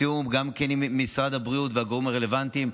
בתיאום גם עם משרד הבריאות והגורמים הרלוונטיים,